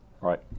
right